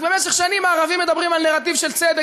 אז במשך שנים הערבים מדברים על נרטיב של צדק